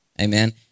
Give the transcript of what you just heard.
amen